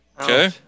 Okay